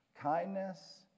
kindness